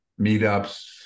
meetups